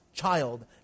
child